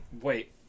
wait